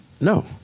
No